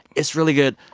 it's really good.